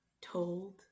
told